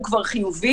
הוא כבר חיובי,